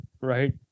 Right